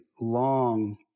long